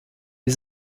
wir